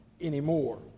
anymore